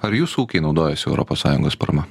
ar jūsų ūkiai naudojasi europos sąjungos parama